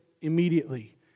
immediately